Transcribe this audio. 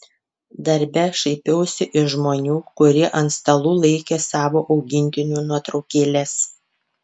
darbe šaipiausi iš žmonių kurie ant stalų laikė savo augintinių nuotraukėles